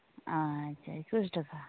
ᱟᱪᱪᱷᱟ ᱮᱠᱩᱥ ᱴᱟᱠᱟ